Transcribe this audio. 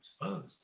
exposed